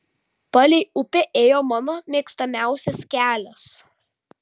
palei upę ėjo mano mėgstamiausias kelias